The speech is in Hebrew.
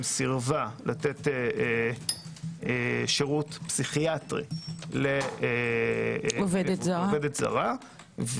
סירבה לתת שירות פסיכיאטרי לעובדת זרה,